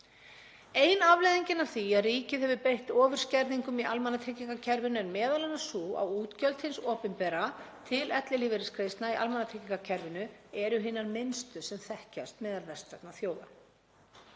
Ein afleiðingin af því að ríkið hefur beitt ofurskerðingum í almannatryggingakerfinu er m.a. sú að útgjöld hins opinbera til ellilífeyrisgreiðslna í almannatryggingakerfinu eru hin minnstu sem þekkjast meðal vestrænna þjóða.